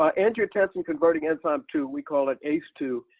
ah angiotensin-converting enzyme two, we call it ace two,